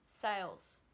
sales